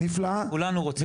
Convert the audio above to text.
כולנו רוצים את זה.